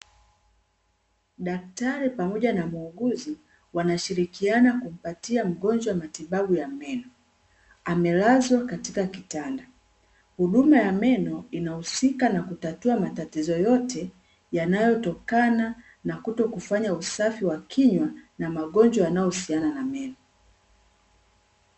Daktari pamoja na muuguzi wanashirikiana kumpatia mgonjwa tiba ya meno, amelazwa katika kitanda. Huduma ya meno inahusika na kutatua matatizo yote, yanayotokana na kutokufanya usafi wa kinywa na magonjwa yanayohusiana na meno.